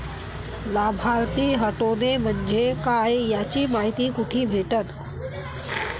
लाभार्थी हटोने म्हंजे काय याची मायती कुठी भेटन?